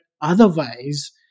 otherwise